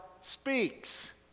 speaks